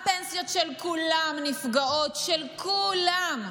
הפנסיות של כולם נפגעות, של כו-לם,